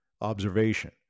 observation